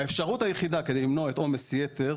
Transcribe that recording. האפשרות היחידה כדי למנוע את עומס היתר